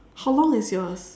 how long is yours